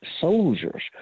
soldiers